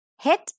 hit